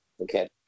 okay